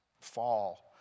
fall